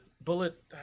bullet